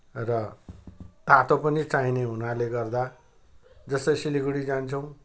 र तातो पनि चाहिने हुनाले गर्दा जस्तै सिलगढी जान्छौँ